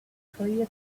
clear